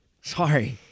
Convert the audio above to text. Sorry